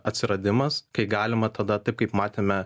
atsiradimas kai galima tada taip kaip matėme